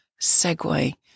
segue